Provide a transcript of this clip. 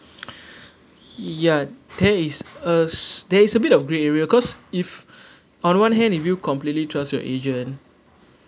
ya there is us there is a bit of grey area cause if on the one hand if you completely trust you're agent